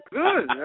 good